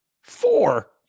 Four